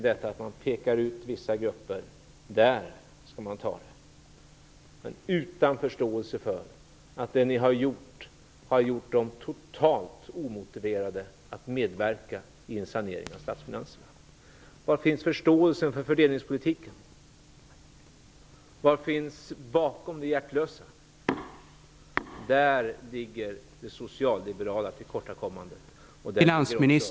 Man pekar ut vissa grupper som man skall ta av, utan förståelse för att det ni har gjort har gjort dem totalt omotiverade att medverka i en sanering för statsfinanserna. Var finns förståelsen för fördelningspolitiken? Vad finns bakom det hjärtlösa? Där ligger det socialliberala tillkortakommandet.